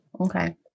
okay